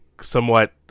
somewhat